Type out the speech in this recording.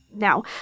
Now